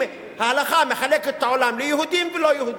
ההלכה מחלקת את העולם ליהודים ולא יהודים.